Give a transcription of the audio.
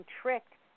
tricked